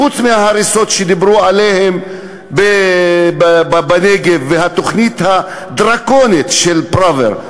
חוץ מההריסות שדיברו עליהן בנגב והתוכנית הדרקונית של פראוור,